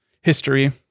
history